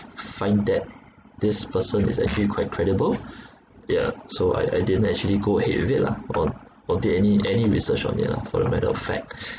find that this person is actually quite credible yeah so I I didn't actually go ahead with it lah or or did any any research on it lah for a matter of fact